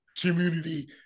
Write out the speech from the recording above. community